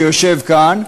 שיושב כאן,